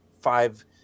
five